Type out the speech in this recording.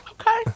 Okay